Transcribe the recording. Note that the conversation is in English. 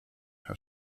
her